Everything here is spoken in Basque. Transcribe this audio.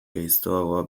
gaiztoago